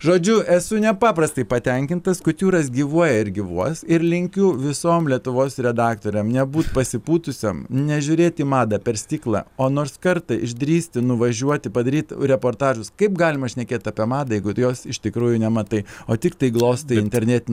žodžiu esu nepaprastai patenkintas kutiūras gyvuoja ir gyvuos ir linkiu visom lietuvos redaktorėm nebūt pasipūtusiom nežiūrėt į madą per stiklą o nors kartą išdrįsti nuvažiuoti padaryt reportažus kaip galima šnekėt apie madą jeigu tu jos iš tikrųjų nematai o tiktai glostai internetin